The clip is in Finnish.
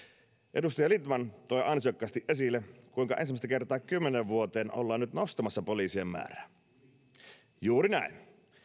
edustaja lindtman toi ansiokkaasti esille kuinka ensimmäistä kertaa kymmeneen vuoteen ollaan nyt nostamassa poliisien määrää juuri näin